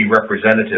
representative